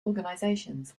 organizations